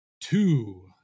two